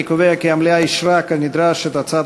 אני קובע כי המליאה אישרה כנדרש את הצעת